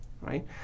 right